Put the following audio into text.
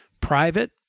private